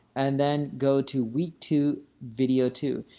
and then go to week two, video two.